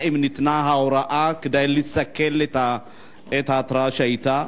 האם ניתנה הוראה כדי לסכל את ההתרעה שהיתה?